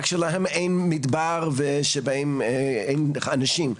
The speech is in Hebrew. רק שלהם אין מדבר ושבהם אין אנשים,